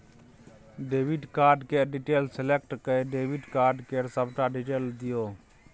debit card केर detail select कए debit card केर सबटा डिटेल दियौ